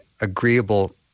agreeable